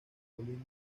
colinas